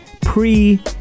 pre